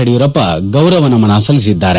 ಯಡಿಯೂರಪ್ಪ ಗೌರವ ನಮನ ಸಲ್ಲಿಸಿದ್ದಾರೆ